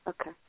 Okay